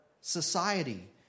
society